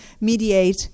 mediate